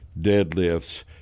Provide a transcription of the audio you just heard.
deadlifts